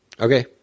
Okay